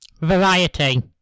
Variety